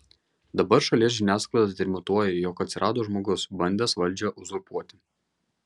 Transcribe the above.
dabar šalies žiniasklaida trimituoja jog atsirado žmogus bandęs valdžią uzurpuoti